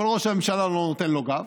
אבל ראש הממשלה לא נותן לו גב.